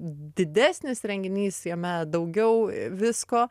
didesnis renginys jame daugiau visko